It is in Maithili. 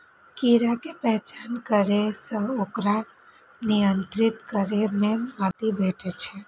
कीड़ा के पहचान करै सं ओकरा नियंत्रित करै मे मदति भेटै छै